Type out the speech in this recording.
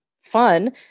fun